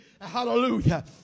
Hallelujah